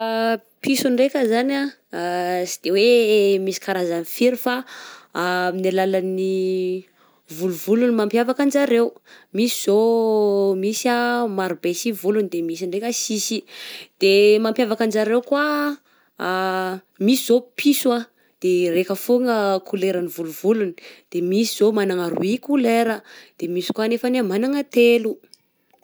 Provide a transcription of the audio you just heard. Piso ndraika izany a sy de misy karazany firy fa amim'ny alalan'ny volovolony no mampiavaka anjareo, misy zao misy a maro be sy volony de ndraiky sisy de mampiavaka anjareo koa: misy zao piso raika fôna couleur'ny volony, de misy zao manana roy couleur, de misy kô nefa manana telo.